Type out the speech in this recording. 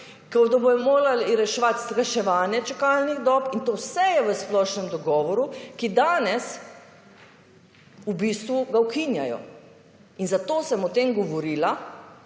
ko bodo morali reševati skrajševanje čakalnih dob in to vse je v splošnem dogovoru, ki danes v bistvu ga ukinjajo. In zato sem o tem govorila,